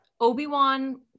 Obi-Wan